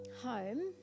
home